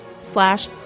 slash